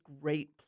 great